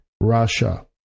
russia